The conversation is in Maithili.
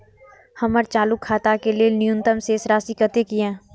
हमर चालू खाता के लेल न्यूनतम शेष राशि कतेक या?